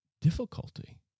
difficulty